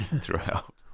throughout